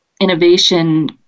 innovation